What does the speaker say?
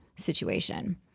Situation